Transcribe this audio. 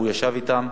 והוא ישב אתם,